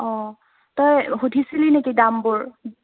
অ' তই সুধিছিলি নেকি দামবোৰ